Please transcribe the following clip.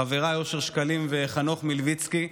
חבריי אושר שקלים וחנוך מלביצקי,